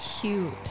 cute